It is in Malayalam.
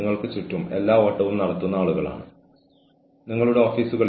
നിങ്ങൾ കഴിയുന്നിടത്തോളം ക്ഷമ ചോദിക്കുക